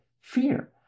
fear